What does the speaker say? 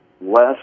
less